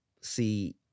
see